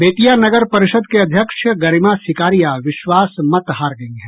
बेतिया नगर परिषद के अध्यक्ष गरिमा सिकारिया विश्वास मत हार गयी हैं